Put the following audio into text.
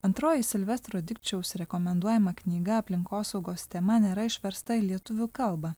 antroji silvestro dikčiaus rekomenduojama knyga aplinkosaugos tema nėra išversta į lietuvių kalbą